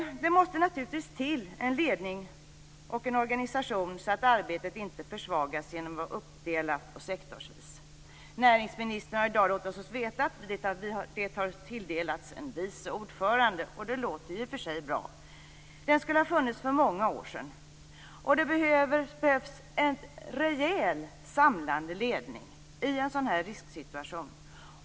Det måste naturligtvis till en ledning och en organisation så att arbetet inte försvagas genom att vara uppdelat sektorsvis. Näringsministern har i dag låtit oss få veta att det har tillsatts en vice ordförande. Det låter i och för sig bra, men den skulle ha funnits för många år sedan. Det behövs en rejäl samlande ledning i en sådan här risksituation.